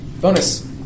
Bonus